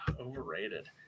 Overrated